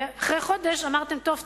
ואחרי חודש אמרתם: טוב,